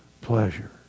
pleasure